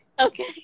Okay